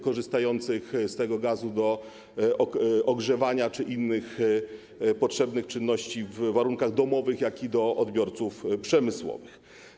korzystających z gazu do ogrzewania czy innych potrzebnych czynności w warunkach domowych, jak i do odbiorców przemysłowych.